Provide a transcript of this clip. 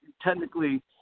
technically